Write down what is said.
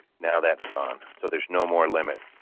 now that's gone, so there's no more limit.